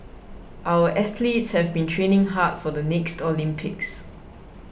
our athletes have been training hard for the next Olympics